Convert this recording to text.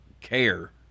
care